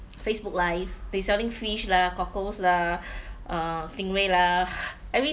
Facebook live they selling fish lah cockles lah uh stingray lah